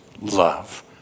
love